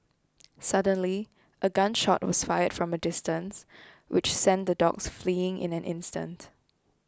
suddenly a gun shot was fired from a distance which sent the dogs fleeing in an instant